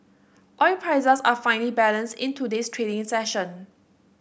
oil prices are finely balanced in today's trading session